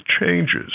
changes